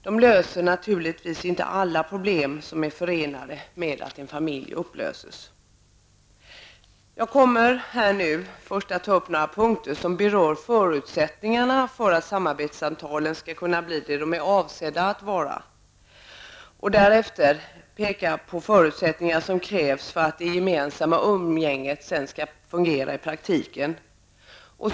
De löser naturligtvis inte alla problem som är förenade med att en familj upplöses. Jag kommer först att ta upp några punkter som berör förutsättningarna för att samarbetsavtalen skall kunna bli det som de är avsedda att vara och därefter peka på förutsättningar för att det gemensamma umgänget skall kunna fungera i praktiken.